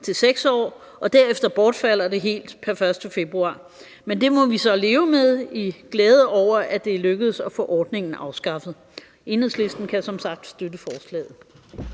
til 6 år, og derefter bortfalder det helt pr. 1. februar. Men det må vi så leve med i glæde over, at det er lykkedes at få ordningen afskaffet. Enhedslisten kan som sagt støtte forslaget.